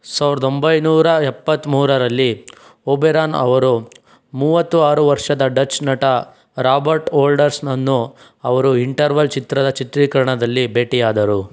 ಸಾವ್ರ್ದ ಒಂಬೈನೂರ ಎಪ್ಪತ್ತ ಮೂರರಲ್ಲಿ ಒಬೆರಾನ್ ಅವರು ಮೂವತ್ತು ಆರು ವರ್ಷದ ಡಚ್ ನಟ ರಾಬರ್ಟ್ ಓಲ್ಡರ್ಸ್ನನ್ನು ಅವರು ಇಂಟರ್ವಲ್ ಚಿತ್ರದ ಚಿತ್ರೀಕರಣದಲ್ಲಿ ಬೆಟಿಯಾದರು